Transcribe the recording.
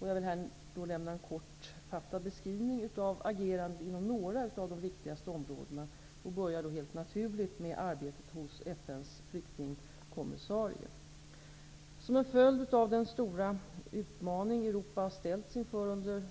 Jag vill här lämna en kortfattad beskrivning av agerandet inom några av de viktigaste områdena och börjar helt naturligt med arbetet hos FN:s flyktingkommissarie Som en följd av den stora utmaning Europa ställts inför under